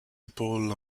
épaules